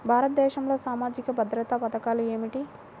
భారతదేశంలో సామాజిక భద్రతా పథకాలు ఏమిటీ?